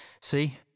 See